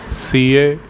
ca